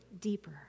deeper